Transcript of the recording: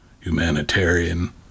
humanitarian